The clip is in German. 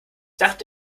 dachte